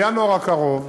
בינואר הקרוב,